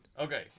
Okay